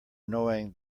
knowing